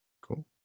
cool